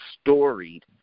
storied